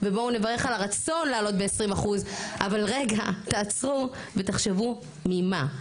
ובואו נברר על הרצון להעלות ב-,20% אבל רגע תעצרו ותחשבו ממה?